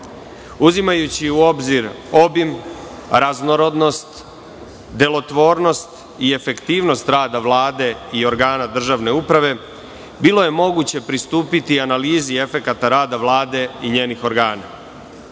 Uzimajući u obzir obim, raznorodnost, delotvornost i efektivnost rada Vlade i organa državne uprave bilo je moguće pristupiti analizi efekata rada Vlade i njenih organa.